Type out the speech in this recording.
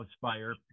fire